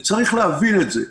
צריך להבין את זה: